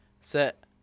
Set